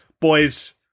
boys